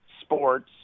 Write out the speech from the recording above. Sports